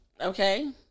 okay